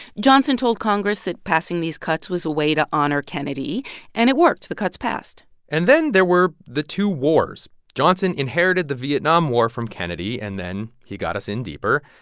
johnson told congress that passing these cuts was a way to honor kennedy. and it worked the cuts passed and then there were the two wars. johnson inherited the vietnam war from kennedy, and then he got us in deeper.